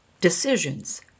decisions